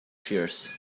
fears